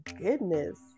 goodness